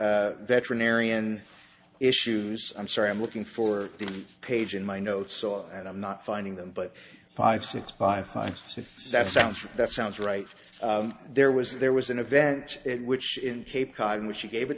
and veterinarian issues i'm sorry i'm looking for the page in my notes so and i'm not finding them but five six i find if that sounds that sounds right there was there was an event in which in cape cod in which she gave